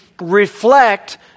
reflect